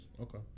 okay